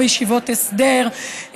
בישיבות הסדר,